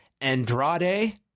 Andrade